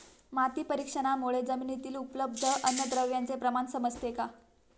माती परीक्षणामुळे जमिनीतील उपलब्ध अन्नद्रव्यांचे प्रमाण समजते का?